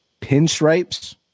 Pinstripes